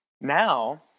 Now